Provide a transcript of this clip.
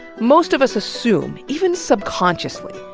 most of us assume, even subconsciously,